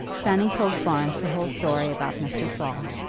fanny told florence the whole story about mr. saul.